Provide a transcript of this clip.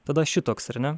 tada šitoks ar ne